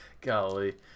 Golly